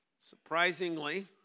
surprisingly